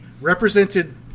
represented